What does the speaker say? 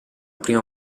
prima